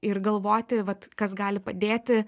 ir galvoti vat kas gali padėti